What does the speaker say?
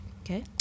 Okay